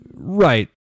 Right